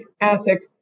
ethic